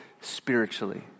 spiritually